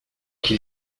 qui